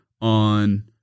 on